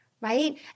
right